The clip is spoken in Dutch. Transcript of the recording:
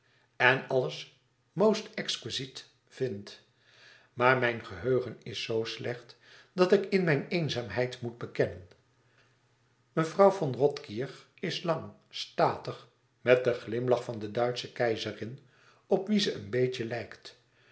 en alles most exquisite vindt maar mijn geheugen is zoo slecht dat ik in mijn eenzaamheid moet bedenken mevrouw von rothkirch is lang statig met den glimlach van de duitsche keizerin op wie ze een beetje lijkt